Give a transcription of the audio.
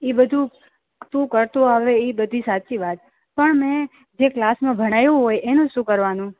અએ બધુ ટુ કરતો આવે એ બધી સાચી વાત પણ મેં ક્લાસમાં ભણાયું હોય એનું શું કરવાનું